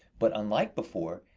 but, unlike before,